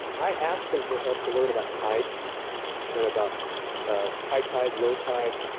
i asked them for help to learn about tides and about ah high tide low tide,